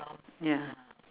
ya